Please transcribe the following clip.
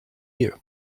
you